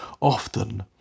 often